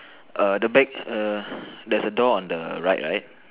err the back err there's a door on the right right